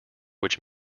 which